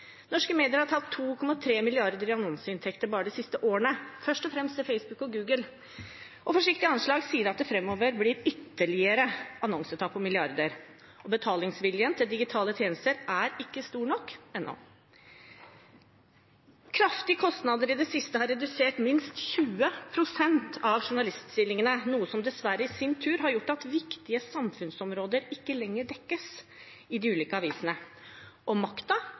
Norske medier har tapt 2,3 mrd. kr i annonseinntekter bare de siste årene, først og fremst til Facebook og Google. Forsiktige anslag sier at det framover blir ytterligere milliarder i annonsetap. Betalingsviljen til digitale tjenester er ikke stor nok ennå. Kraftige kostnadskutt i det siste har redusert antallet journaliststillinger med minst 20 pst., noe som i sin tur dessverre har gjort at viktige samfunnsområder ikke lenger dekkes i de ulike avisene – og